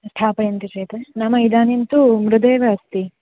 स्थापयन्ति चेत् नाम इदानीं तु मृदेव अस्ति